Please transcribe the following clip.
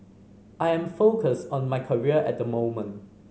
I am focused on my career at the moment